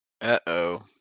Uh-oh